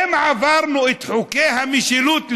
אם עברנו את חוקי המשילות למיניהם,